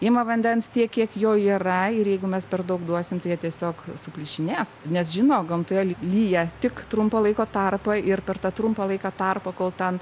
ima vandens tiek kiek jo yra ir jeigu mes per daug duosim tai jie tiesiog suplyšinės nes žino gamtoj lyja tik trumpą laiko tarpą ir per tą trumpą laiko tarpą kol ten